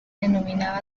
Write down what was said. denominaba